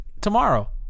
tomorrow